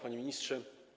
Panie Ministrze!